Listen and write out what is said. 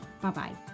Bye-bye